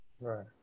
right